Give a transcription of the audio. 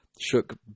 shook